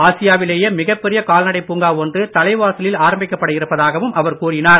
ஆசியாவிலேயே மிகப்பெரிய கால்நடைப் பூங்கா ஒன்று தலைவாசலில் ஆரம்பிக்கப்பட இருப்பதாகவும் அவர் கூறினார்